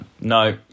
no